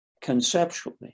conceptually